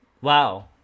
Wow